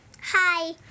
Hi